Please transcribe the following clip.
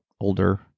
older